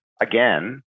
again